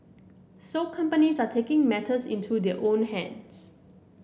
so companies are taking matters into their own hands